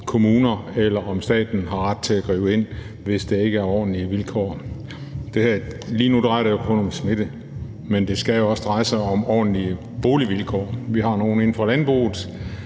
kommune eller staten har ret til at gribe ind, hvis der ikke er ordentlige vilkår. Lige nu drejer det sig jo kun om smitte, men det skal også dreje sig om ordentlige boligforhold. Vi har nogle inden for landbruget,